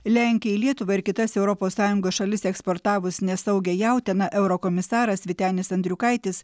į lenkiją į lietuva ir kitas europos sąjungos šalis eksportavus nesaugią jautieną eurokomisaras vytenis andriukaitis